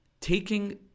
taking